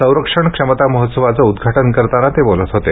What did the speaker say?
संरक्षण क्षमता महोत्सवाचे सक्षम उद्घाटन करताना ते बोलत होते